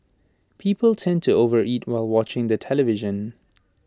people tend to overeat while watching the television